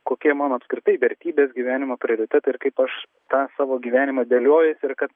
kokie mano apskritai vertybės gyvenimo prioritetai ir kaip aš tą savo gyvenimą dėliojuosi ir kad